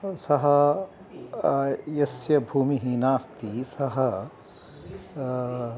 सः यस्य भूमिः नास्ति सः